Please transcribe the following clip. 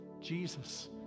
Jesus